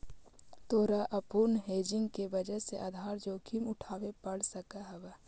तोरा अपूर्ण हेजिंग के वजह से आधार जोखिम उठावे पड़ सकऽ हवऽ